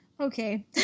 Okay